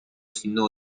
sino